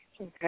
Okay